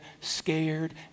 scared